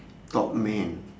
topman